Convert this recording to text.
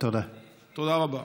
תודה רבה.